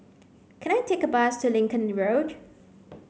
can I take a bus to Lincoln Road